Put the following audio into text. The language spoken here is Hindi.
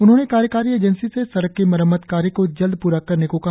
उन्होंने कार्यकारी एजेंसी से सड़क की मरम्मत कार्य को जल्द प्रा करने को कहा